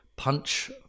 Punch